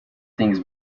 things